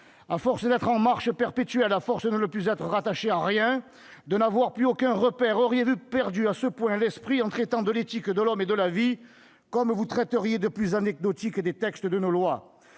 À force d'être en marche perpétuelle, à force de ne plus être rattachés à rien, de n'avoir plus aucun repère, auriez-vous perdu à ce point l'esprit en traitant de l'éthique de l'homme et de la vie comme vous traiteriez du plus anecdotique des textes de nos lois ?